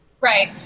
Right